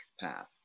path